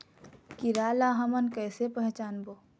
कीरा ला हमन कइसे पहचानबो?